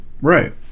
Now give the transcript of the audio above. Right